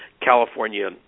California